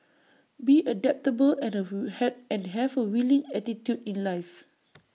be adaptable and and have A willing attitude in life